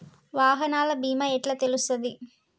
వాహనాల బీమా ఎట్ల తెలుస్తది?